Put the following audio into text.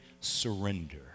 surrender